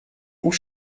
hauts